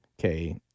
okay